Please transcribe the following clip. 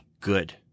good